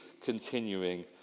continuing